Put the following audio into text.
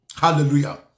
Hallelujah